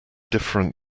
different